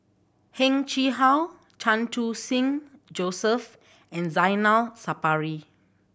Heng Chee How Chan Khun Sing Joseph and Zainal Sapari